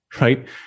right